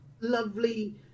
lovely